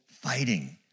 fighting